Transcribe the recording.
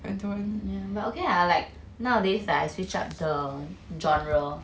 yeah but okay lah like nowadays like I switch up the genre